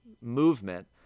movement